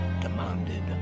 demanded